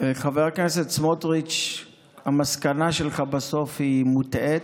חבר הכנסת סמוטריץ', המסקנה שלך בסוף היא מוטעית.